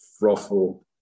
Ruffle